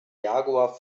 jaguar